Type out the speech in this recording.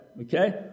okay